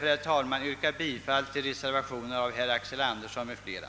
Jag får därför yrka bifall till reservationen av herr Axel Andersson m.fl.